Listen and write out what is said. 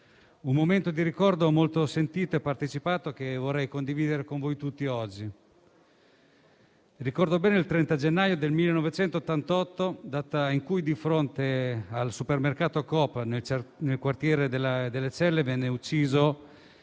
È stato un ricordo molto sentito e partecipato, che vorrei condividere con tutti voi oggi. Ricordo bene il 30 gennaio del 1988, data in cui, di fronte al supermercato Coop, nel quartiere Celle, venne ucciso